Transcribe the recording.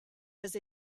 was